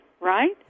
right